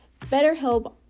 BetterHelp